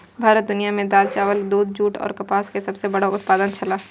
भारत दुनिया में दाल, चावल, दूध, जूट और कपास के सब सॉ बड़ा उत्पादक छला